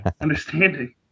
understanding